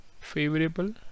favorable